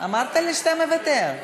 אמרת שאתה מוותר.